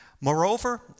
Moreover